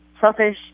selfish